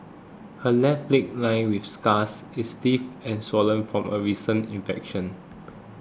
her left leg lined with scars is stiff and swollen from a recent infection